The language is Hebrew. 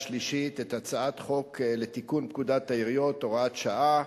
הצעת חוק לתיקון פקודת העיריות (הוראת שעה)